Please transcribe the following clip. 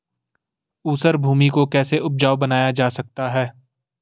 ऊसर भूमि को कैसे उपजाऊ बनाया जा सकता है?